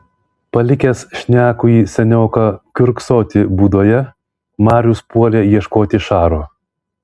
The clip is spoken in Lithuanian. palikęs šnekųjį senioką kiurksoti būdoje marius puolė ieškoti šaro